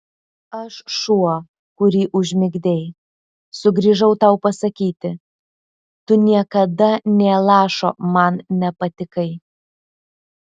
aš šuo kurį užmigdei sugrįžau tau pasakyti tu niekada nė lašo man nepatikai